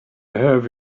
have